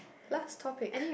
last topic